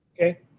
Okay